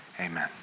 amen